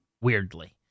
weirdly